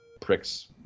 pricks